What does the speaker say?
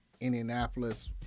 Indianapolis